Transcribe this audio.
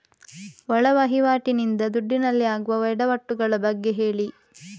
ಒಳ ವಹಿವಾಟಿ ನಿಂದ ದುಡ್ಡಿನಲ್ಲಿ ಆಗುವ ಎಡವಟ್ಟು ಗಳ ಬಗ್ಗೆ ಹೇಳಿ